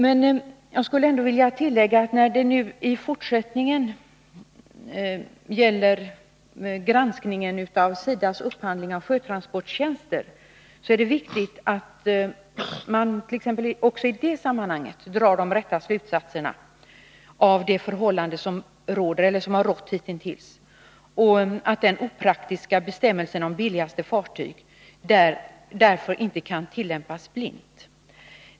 Men jag skulle ändå vilja tillägga att när det nu i fortsättningen gäller granskningen av SIDA:s upphandling av sjötransporttjänster är det viktigt att man t.ex. även i det sammanhanget drar de rätta slutsaterna av de förhållanden som råder eller som har rått hitintills och att den opraktiska bestämmelsen om billigaste fartyg därför inte kan tillämpas blint.